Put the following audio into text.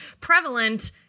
prevalent